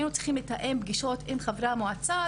והיינו צריכים לתאם פגישות עם חברי המועצה.